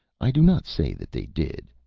i do not say that they did,